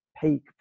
peak